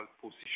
position